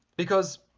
because